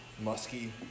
Musky